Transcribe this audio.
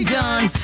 done